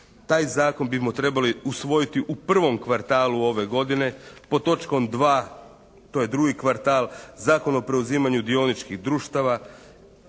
Taj zakon bismo trebali usvojiti u prvom kvartalu ove godine. Pod točkom 2. to je drugi kvartal, Zakon o preuzimanju dioničkih društava.